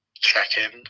check-in